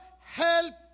help